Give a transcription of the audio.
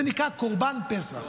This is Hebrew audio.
זה נקרא קורבן פסח.